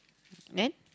then